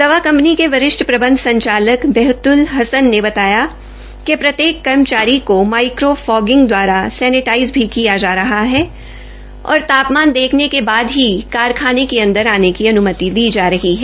दवा company के वरिष्ठ प्रबंध बैहत्ल हसन ने बताया कि प्रत्येक कर्मचारी को माइक्रो फॉगिंग द्वारा सैनेटाई भी किया जा रहा है और ता मान देखने के बाद ही कारखाने के अंदर जाने की अन्मति दी जा रही है